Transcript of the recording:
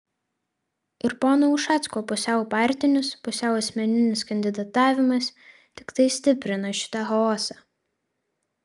ir pono ušacko pusiau partinis pusiau asmeninis kandidatavimas tiktai stiprina šitą chaosą